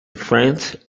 france